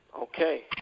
Okay